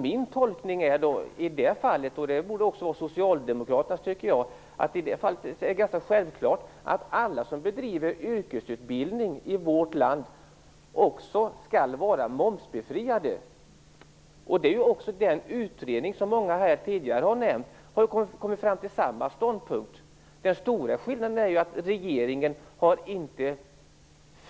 Min tolkning, som även borde vara socialdemokraternas, är att det är ganska självklart att all yrkesutbildning som bedrivs i vårt land också skall vara momsbefriad. Den utredning som många här tidigare har nämnt har också kommit fram till samma ståndpunkt. Den stora skillnaden är att regeringen inte har